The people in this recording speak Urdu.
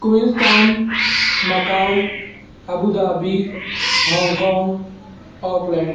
quiz town Macau Abu Dhabi Hong Kong Auckland